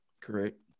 Correct